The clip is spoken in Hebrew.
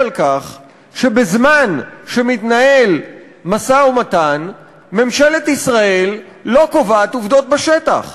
על כך שבזמן שמתנהל משא-ומתן היא לא קובעת עובדות בשטח.